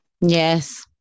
yes